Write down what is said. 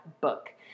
book